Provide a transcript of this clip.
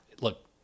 Look